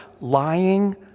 lying